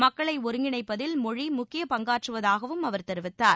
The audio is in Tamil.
மக்களை ஒருங்கிணைப்பதில் மொழி முக்கியப் பங்காற்றுவதாகவும் அவர் தெரிவித்தார்